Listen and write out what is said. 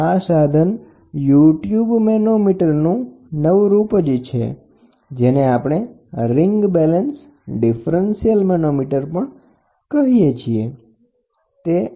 ring balance differential manometer કે જે ring balance તરીકે પણ ઓળખાય છે તે U ટ્યૂબ મેનોમીટરનું સુધારેલ સ્વરૂપ છે